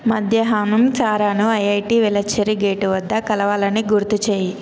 మధ్యహానం చారాను IIT Velachery gate వద్ద కలవాలని గుర్తుచేయి